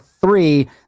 three